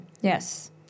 Yes